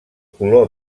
color